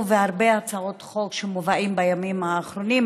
והרבה הצעות חוק שמובאות בימים האחרונים,